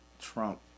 Trump